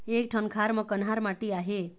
एक ठन खार म कन्हार माटी आहे?